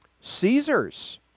Caesar's